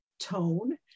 tone